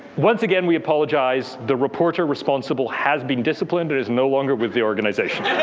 once again, we apologize. the reporter responsible has been disciplined, but is no longer with the organization.